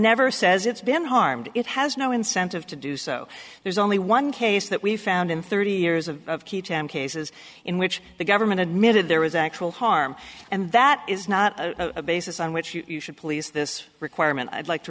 never says it's been harmed it has no incentive to do so there's only one case that we found in thirty years of cases in which the government admitted there was actual harm and that is not a basis on which you should police this requirement i'd like to